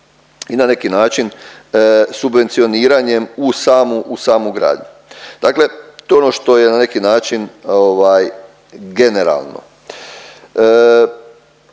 i na neki način subvencioniranjem u samu, u samu gradnju. Dakle to je ono što je na neki način generalno.